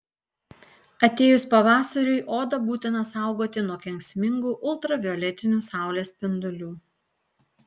atėjus pavasariui odą būtina saugoti nuo kenksmingų ultravioletinių saulės spindulių